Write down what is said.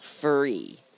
free